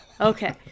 Okay